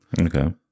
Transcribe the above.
Okay